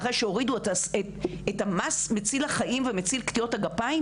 אחרי שהורידו את המס מציל החיים ומציל קטיעות הגפיים,